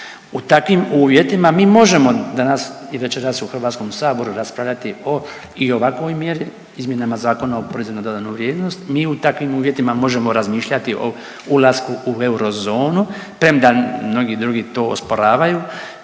U takvim uvjetima mi možemo danas i večeras u HS raspravljati o i ovakvoj mjeri izmjenama Zakona o PDV-u, mi u takvim uvjetima možemo razmišljati o ulasku u eurozonu premda mnogi drugi to osporavaju.